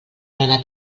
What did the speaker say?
berenar